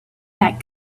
that